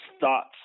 thoughts